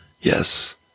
Yes